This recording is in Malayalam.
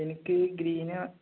എനിക്ക് ഗ്രീന്